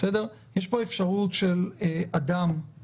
נקבל מכם תשובה ברורה לגבי עמדתכם בנושא